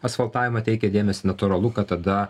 asfaltavimą teikė dėmesį natūralu kad tada